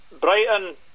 Brighton